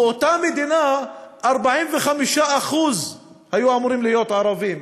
באותה מדינה 45% היו אמורים להיות ערבים,